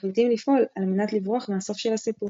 ומחליטים לפעול על מנת לברוח מהסוף של הסיפור.